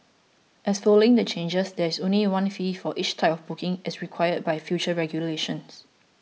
as following the changes there is only one fee for each type of booking as required by future regulations